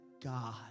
God